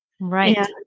Right